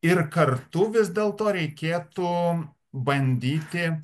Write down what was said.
ir kartu vis dėlto reikėtų bandyti